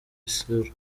isura